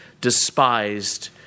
despised